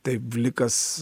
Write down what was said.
taip vlikas